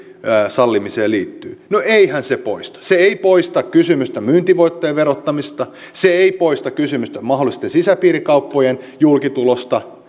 sallimiseen liittyy no eihän se poista se ei poista kysymystä myyntivoittojen verottamisesta se ei poista kysymystä mahdollisten sisäpiirikauppojen julkitulosta